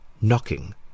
knocking